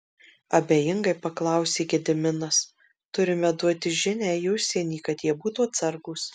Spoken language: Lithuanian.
abejingai paklausė gediminas turime duoti žinią į užsienį kad jie būtų atsargūs